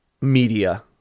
media